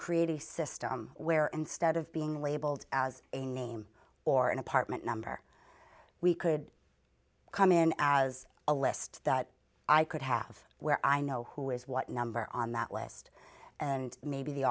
create a system where instead of being labeled as a name or an apartment number we could come in as a list that i could have where i know who is what number on that list and maybe the